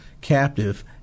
captive